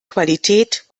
qualität